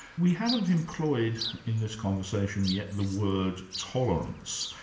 we haven't employed in this conversation yet, the word tolerance.